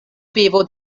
vivo